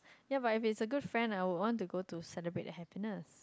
ya but if it's a good friend I would want to go to celebrate their happiness